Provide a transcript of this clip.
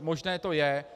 Možné to je.